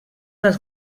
dels